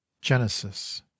Genesis